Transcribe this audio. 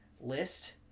List